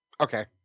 okay